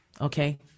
Okay